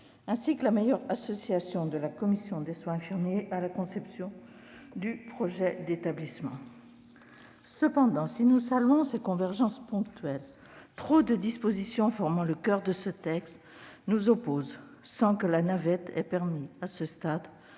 une meilleure association de la commission des soins infirmiers à la conception du projet d'établissement. Cependant, si nous saluons ces convergences ponctuelles, trop de dispositions formant le coeur de ce texte nous opposent, sans que la navette ait permis à ce stade